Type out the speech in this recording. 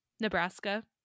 Nebraska